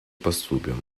поступим